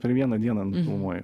per vieną dieną nufilmuoju